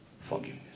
forgiveness